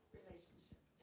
relationship